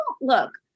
look